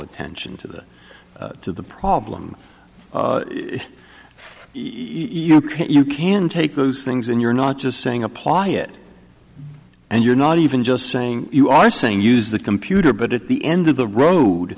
attention to that to the problem you know you can take those things and you're not just saying apply it and you're not even just saying you are saying use the computer but at the end of the road